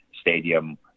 stadium